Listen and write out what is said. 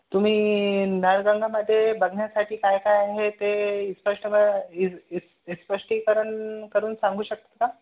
तुम्ही नळगंगामध्ये बघण्यासाठी काय काय आहे ते स्पष्टप स्पष्टीकरण करून सांगू शकता का